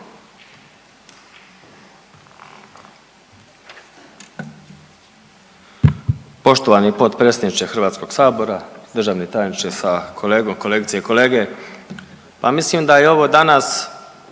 Poštovani potpredsjedniče HS-a, državni tajniče sa kolegom, kolegice i kolege. Pa mislim da je ovo danas